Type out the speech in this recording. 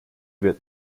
wird